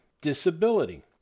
Disability